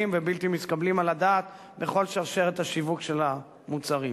ובלתי מתקבלים על הדעת בכל שרשרת השיווק של המוצרים.